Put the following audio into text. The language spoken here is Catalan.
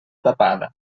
tapada